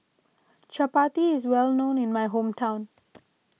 Chapati is well known in my hometown